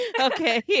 okay